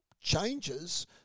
changes